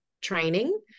training